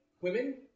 women